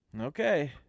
Okay